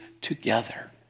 together